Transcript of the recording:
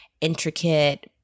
intricate